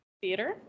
Theater